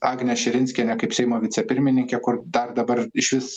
agnė širinskienė kaip seimo vicepirmininkė kur dar dabar išvis